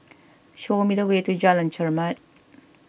show me the way to Jalan Chermat